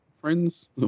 friends